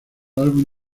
álbum